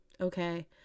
Okay